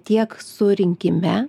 tiek surinkime